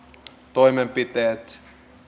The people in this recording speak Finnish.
toimenpiteet